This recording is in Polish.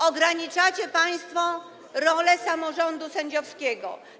Ograniczacie państwo rolę samorządu sędziowskiego.